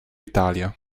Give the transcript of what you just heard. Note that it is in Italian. italia